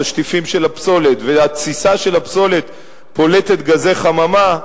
התשטיפים של הפסולת והתסיסה של הפסולת פולטת גזי חממה,